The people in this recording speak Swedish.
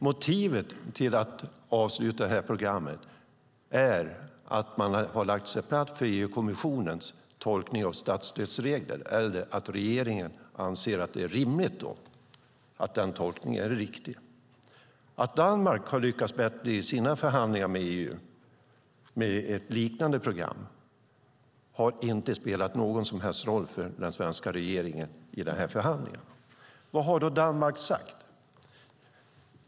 Motivet till att avsluta programmet är att regeringen lagt sig platt för EU-kommissionens tolkning av statsstödsreglerna, eller så anser regeringen att det är rimligt, att den tolkningen är riktig. Att Danmark i sina förhandlingar med EU lyckats bättre vad gäller ett liknande program har i förhandlingen inte spelat någon som helst roll för den svenska regeringen. Vad har då Danmark sagt?